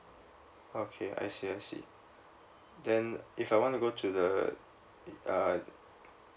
okay I see I see then if I want to go to the uh